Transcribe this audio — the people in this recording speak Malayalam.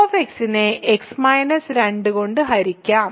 f നെ x 2 കൊണ്ട് ഹരിക്കാം